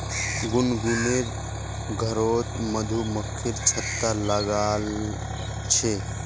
गुनगुनेर घरोत मधुमक्खी छत्ता लगाया छे